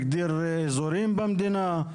הגדיר אזורים במדינה?